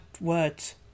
words